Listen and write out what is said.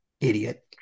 Idiot